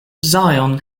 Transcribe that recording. zion